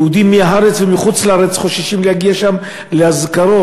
יהודים מהארץ ומחוץ-לארץ חוששים להגיע לשם לאזכרות.